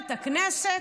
במליאת הכנסת,